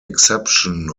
exception